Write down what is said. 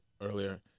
earlier